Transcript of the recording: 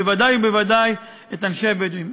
בוודאי ובוודאי את הבדואים.